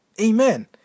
Amen